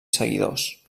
seguidors